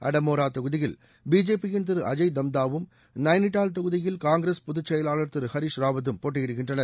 அடமோரா தொகுதியில் பிஜேபியின் திரு அஜய் தம்தாவும் நைனிட்டால் தொகுதியில் காங்கிரஸ் பொதுச் செயலாளர் திரு ஹரிஸ் ராவத்தும் போட்டியிடுகின்றனர்